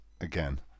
again